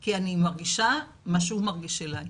כי אני מרגישה מה שהוא מרגיש אלי.